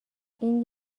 این